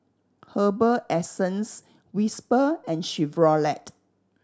Herbal Essence Whisper and Chevrolet